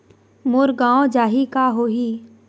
मोर गंवा जाहि का होही?